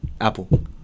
Apple